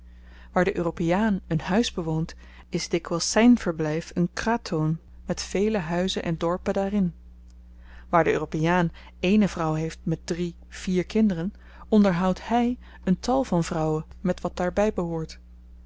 waar de europeaan een huis bewoont is dikwyls zyn verblyf een kratoon met vele huizen en dorpen daarin waar de europeaan ééne vrouw heeft met drie vier kinderen onderhoudt hy een tal van vrouwen met wat daarby behoort